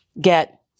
get